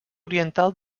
oriental